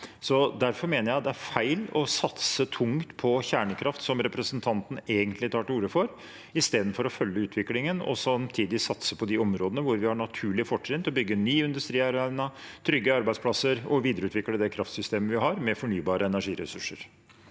Derfor mener jeg det er feil å satse tungt på kjernekraft, som representanten egentlig tar til orde for, istedenfor å følge utviklingen og samtidig satse på de områdene hvor vi har naturlige fortrinn til å bygge ny industriarena, trygge arbeidsplasser og videreutvikle det kraftsystemet vi har, med fornybare energiressurser.